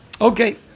Okay